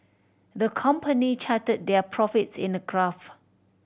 the company charted their profits in a graph